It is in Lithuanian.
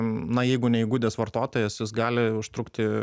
na jeigu neįgudęs vartotojas jis gali užtrukti